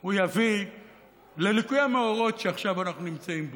הוא יביא לליקוי המאורות שעכשיו אנחנו נמצאים בו,